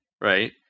right